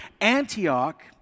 Antioch